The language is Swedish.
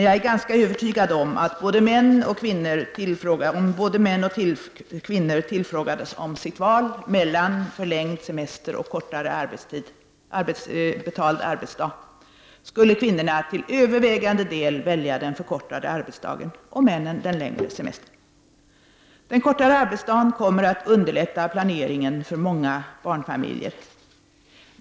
Jag är ganska övertygad om, att om både män och kvinnor tillfrågades om sitt val mellan förlängd semester och kortare betald arbetsdag, skulle kvinnorna till övervägande del välja den förkortade arbetsdagen och männen den längre semestern. Den kortare arbetsdagen kommer att underlätta planeringen för många barnfamiljer.